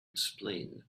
explain